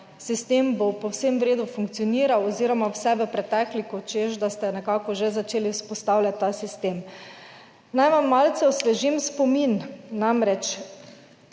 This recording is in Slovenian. sistem bo povsem v redu funkcioniral oziroma vse v pretekliku, češ da ste nekako že začeli vzpostavljati ta sistem. Naj vam malce osvežim spomin, namreč